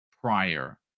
prior